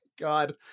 god